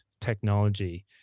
Technology